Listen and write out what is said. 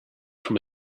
from